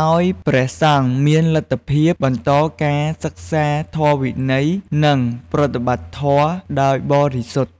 ឱ្យព្រះសង្ឃមានលទ្ធភាពបន្តការសិក្សាធម៌វិន័យ និងប្រតិបត្តិធម៌ដោយបរិសុទ្ធ។